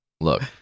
look